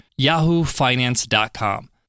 yahoofinance.com